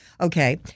Okay